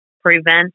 prevent